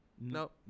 Nope